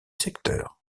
secteur